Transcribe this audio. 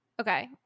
Okay